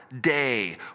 day